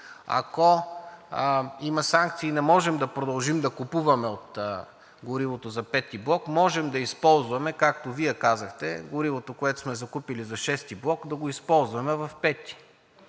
ако има санкции и не можем да продължим да купуваме от горивото за V блок, можем да използваме, както Вие казахте, горивото, което сме закупили за VI блок, да го използваме в V.